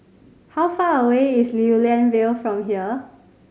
how far away is Lew Lian Vale from here